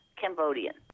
Cambodian